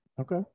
Okay